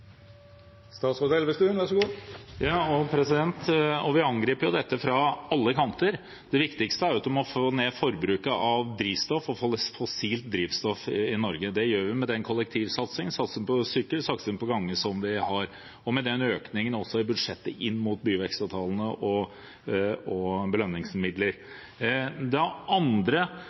Vi angriper jo dette fra alle kanter. Det viktigste er at vi må få ned forbruket av fossilt drivstoff i Norge. Det gjør vi med satsingen på kollektiv, sykkel og gange, og også med økningen i budsjettet til byvekstavtalene og